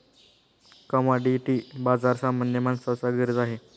commodity बाजार सामान्य माणसाची गरज आहे